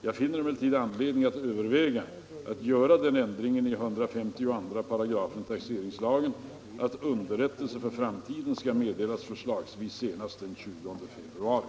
Jag finner emellertid anledning att överväga att göra den ändringen i 152 § taxeringslagen att underrättelse för framtiden skall meddelas förslagsvis senast den 20 februari.